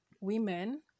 women